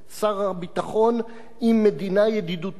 שר הביטחון עם מדינה ידידותית,